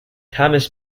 thomas